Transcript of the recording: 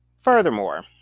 furthermore